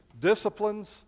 disciplines